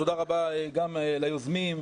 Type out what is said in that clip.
תודה רבה גם ליוזמים,